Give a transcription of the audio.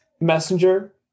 messenger